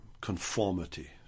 conformity